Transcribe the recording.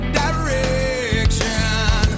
direction